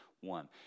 one